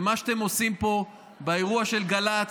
ומה שאתם עושים פה באירוע של גל"צ,